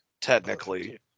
technically